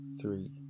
three